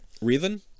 Reason